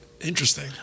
Interesting